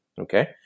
okay